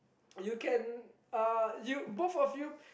you can uh you both of you